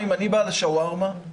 אני בעל שווארמה,